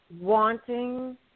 wanting